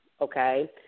okay